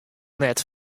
net